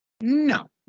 No